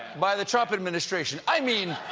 by the trump administration. i mean,